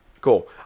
Cool